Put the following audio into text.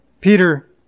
Peter